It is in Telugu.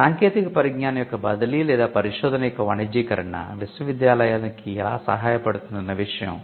సాంకేతిక పరిజ్ఞానం యొక్క బదిలీ లేదా పరిశోధన యొక్క వాణిజ్యీకరణ విశ్వవిద్యాలయానికి ఎలా సహాయపడుతుంది అన్న విషయం